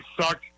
suck